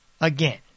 again